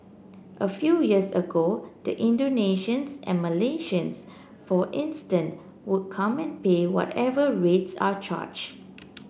a few years ago the Indonesians and Malaysians for instance would come and pay whatever rates are charged